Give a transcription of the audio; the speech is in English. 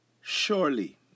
Surely